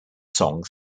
song